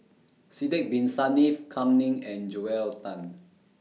Sidek Bin Saniff Kam Ning and Joel Tan